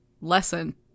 lesson